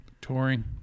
touring